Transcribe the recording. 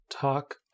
talk